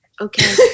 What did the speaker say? okay